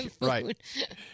right